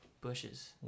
bushes